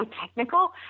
technical